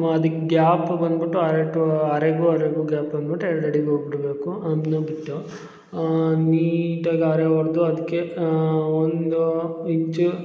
ಮ ಅದಿಕ್ಕೆ ಗ್ಯಾಪ್ ಬಂದುಬಿಟ್ಟು ಅರೆಟು ಅರೆಗು ಅರೆಗು ಗ್ಯಾಪ್ ಬಂದ್ಬಿಟ್ಟು ಎರಡು ಅಡಿಗೆ ಹೋಗ್ಬಿಡ್ಬೇಕು ಅದನ್ನು ಬಿಟ್ಟು ನೀಟಾಗಿ ಅರೆ ಒಡೆದು ಅದಕ್ಕೆ ಒಂದು ಇಂಚು